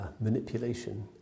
manipulation